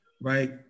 right